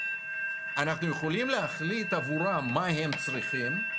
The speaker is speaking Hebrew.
אנחנו יכולים להחליט עבורם מה הם צריכים,